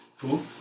Cool